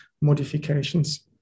modifications